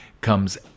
comes